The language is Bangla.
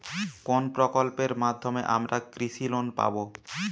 কোন প্রকল্পের মাধ্যমে আমরা কৃষি লোন পাবো?